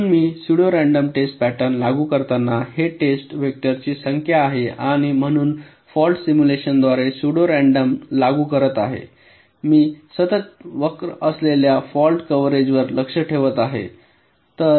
म्हणून मी pseudo random test pattern लागू करताना हे टेस्ट व्हेक्टरची संख्या आहे आणि म्हणून फॉल्ट सिम्युलेशनद्वारे स्यूडो रँडम लागू करत आहे मी सतत वक्र असलेल्या फॉल्ट कव्हरेजवर लक्ष ठेवत आहे